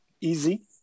easy